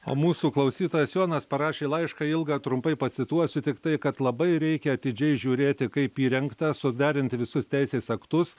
o mūsų klausytojas jonas parašė laišką ilgą trumpai pacituosiu tiktai kad labai reikia atidžiai žiūrėti kaip įrengta suderinti visus teisės aktus